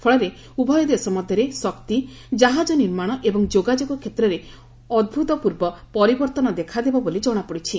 ଫଳରେ ଉଭୟ ଦେଶ ମଧ୍ୟରେ ଶକ୍ତି କାହାଜ ନିର୍ମାଣ ଏବଂ ଯୋଗାଯୋଗ କ୍ଷେତ୍ରରେ ଅଭ୍ତପର୍ବ ପରିବର୍ତ୍ତନ ଦେଖାଦେବ ବୋଲି ଜଣାପଡିଛି